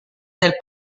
del